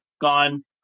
gone